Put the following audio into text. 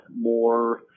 more